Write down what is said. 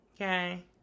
okay